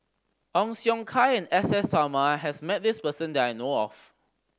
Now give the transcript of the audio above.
Ong Siong Kai and S S Sarma has met this person that I know of